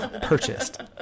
Purchased